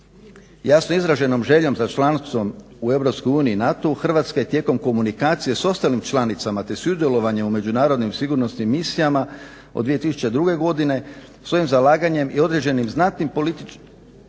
Jasno izraženom željom za članstvom u Europskoj uniji, NATO-u, Hrvatska je tijekom komunikacija s ostalim članicama, te sudjelovanje u međunarodnim sigurnosnim misijama od 2002. godine svojim zalaganjem i određenim znatnim